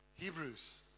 Hebrews